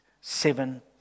seven